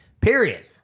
Period